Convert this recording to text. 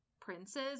princes